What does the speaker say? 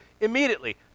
Immediately